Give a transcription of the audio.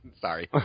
Sorry